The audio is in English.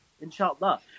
Inshallah